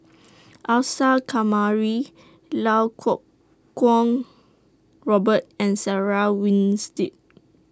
Isa Kamari Lau Kuo Kwong Robert and Sarah Winstedt